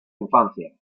infancia